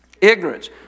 Ignorance